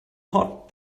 hot